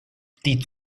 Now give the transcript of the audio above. die